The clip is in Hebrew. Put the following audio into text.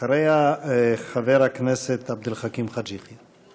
אחריה, חבר הכנסת עבד אל חכים חאג' יחיא.